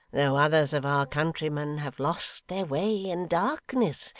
though others of our countrymen have lost their way in darkness,